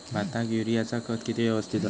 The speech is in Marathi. भाताक युरियाचा खत किती यवस्तित हव्या?